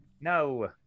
no